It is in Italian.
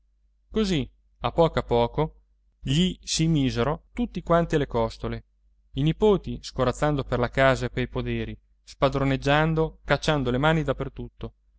così a poco a poco gli si misero tutti quanti alle costole i nipoti scorazzando per la casa e pei poderi spadroneggiando cacciando le mani